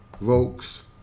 Vokes